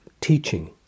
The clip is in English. teaching